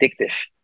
addictive